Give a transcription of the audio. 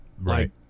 Right